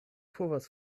povas